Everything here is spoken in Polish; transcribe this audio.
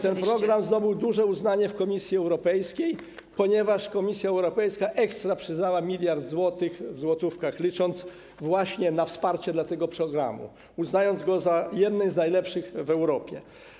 Ten program zdobył duże uznanie w Komisji Europejskiej, ponieważ Komisja Europejska ekstra przyznała miliard złotych, w złotówkach licząc, właśnie na wsparcie dla tego programu, uznając go za jeden z najlepszych w Europie.